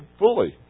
fully